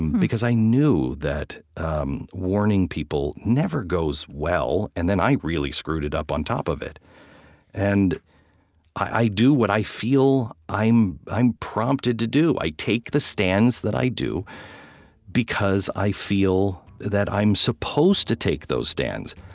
because i knew that um warning people never goes well, and then i really screwed it up on top of it and i do what i feel i'm i'm prompted to do. i take the stands that i do because i feel that i'm supposed to take those stands.